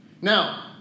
Now